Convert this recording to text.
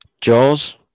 Jaws